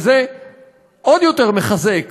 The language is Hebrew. וזה עוד יותר מחזק